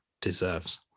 deserves